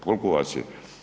Koliko vas je?